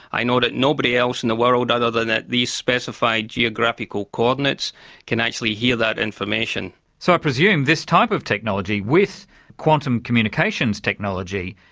i know that nobody else in the world other than these specified geographical coordinates can actually hear that information. so i presume this type of technology, with quantum communications technology,